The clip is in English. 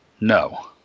No